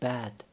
Bad